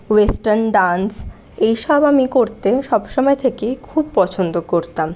western dance এই সব আমি করতে সবসময় থেকেই খুব পছন্দ করতাম